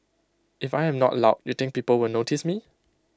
if I am not loud you think people will notice me